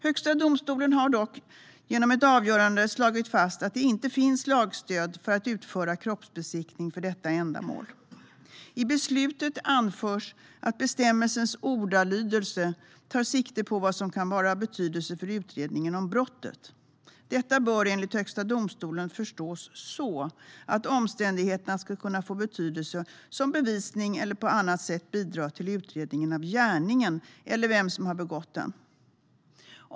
Högsta domstolen har dock genom ett avgörande slagit fast att det inte finns lagstöd för att utföra kroppsbesiktning för detta ändamål. I beslutet anförs att bestämmelsens ordalydelse tar sikte på vad som kan vara av betydelse för utredningen av brottet. Detta bör enligt Högsta domstolen förstås så att omständigheterna kan få betydelse som bevisning eller på annat sätt bidra till utredningen av gärningen eller vem som har begått den.